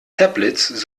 tablets